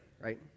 right